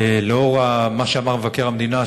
לאור מה שאמר מבקר המדינה,